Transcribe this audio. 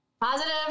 Positive